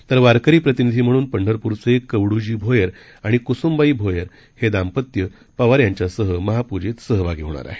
तर वारकरी प्रतिनिधी म्हणून पंढरपूरचे कवडूजी भोयर आणि कुसुमबाई भोयर हे दांपत्य पवार यांच्यासह महापूजेत सहभागी होणार आहे